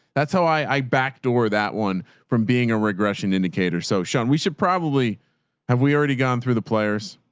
that's how i backdoor that one from being a regression indicator. so sean, we should probably have we already gone through the players?